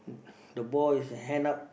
the boy's hand up